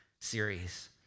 series